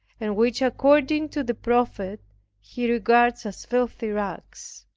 and which according to the prophet he regards as filthy rags.